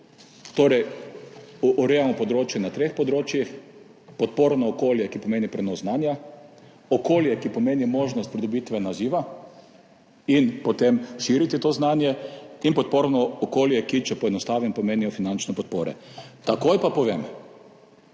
Torej, urejamo področje na treh področjih, podporno okolje, ki pomeni prenos znanja, okolje, ki pomeni možnost pridobitve naziva in potem širiti to znanje, in podporno okolje, ki, če poenostavim, pomeni finančno podporo. Takoj pa povem,